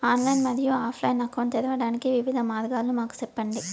Online మరియు offline account తెరవడానికి వివిధ మార్గాలు మాకు సెప్పండి?